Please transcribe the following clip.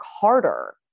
harder